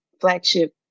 flagship